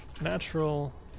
natural